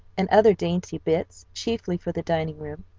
and other dainty bits chiefly for the dining-room.